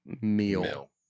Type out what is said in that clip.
Meal